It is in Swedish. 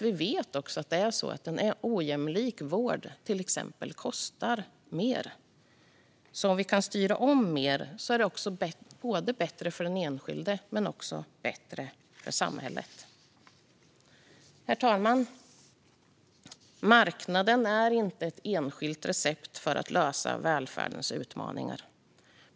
Vi vet att en ojämlik vård kostar mer, så om vi kan styra om mer är det bättre både för den enskilde och för samhället. Herr talman! Marknaden är inte ett recept för att klara välfärdens utmaningar.